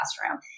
classroom